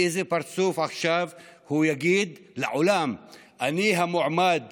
באיזה פרצוף הוא יגיד לעולם עכשיו: אני המועמד